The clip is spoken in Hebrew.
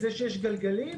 זה שיש גלגלים?